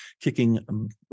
kicking